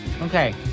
Okay